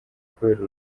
kubera